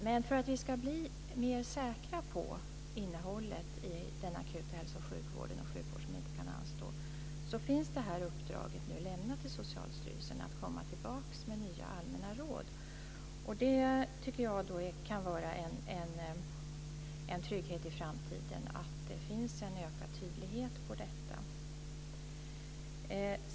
Men för att vi ska bli mer säkra på innehållet i hälso och sjukvård och sjukvård som inte kan anstå finns nu det här uppdraget lämnat till Socialstyrelsen. De ska komma tillbaka med nya Allmänna råd. Det tycker jag kan vara en trygghet i framtiden; att det finns en ökad tydlighet i detta.